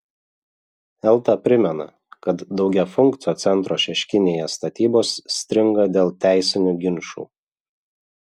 elta primena kad daugiafunkcio centro šeškinėje statybos stringa dėl teisinių ginčų